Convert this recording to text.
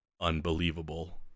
Unbelievable